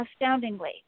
astoundingly